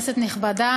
כנסת נכבדה,